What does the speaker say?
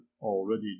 already